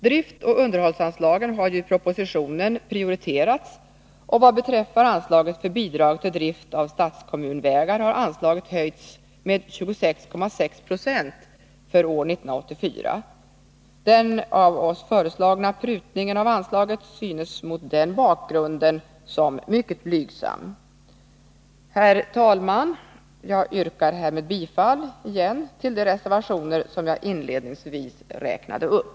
Driftoch underhållsanslagen har ju i propositionen prioriterats, och vad beträffar anslaget för bidrag till drift av statskommunvägar har anslaget höjts med 26,6 0 för år 1984. Den av oss föreslagna prutningen av anslaget synes mot den bakgrunden vara mycket blygsam. Herr talman! Jag yrkar härmed bifall till de reservationer som jag inledningsvis räknade upp.